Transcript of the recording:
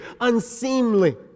unseemly